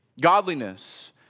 Godliness